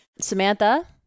Samantha